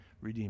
redeemed